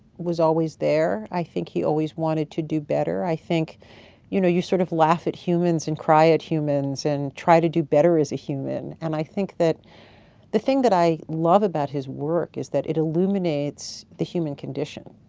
was always there i think he always wanted to do better i think you know you sort of laugh at humans and cry at humans and try to do better as a human and i think that the thing that i love about his work is that it illuminates the human condition